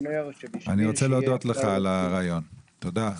אני רוצה להודות לך על הרעיון, תודה.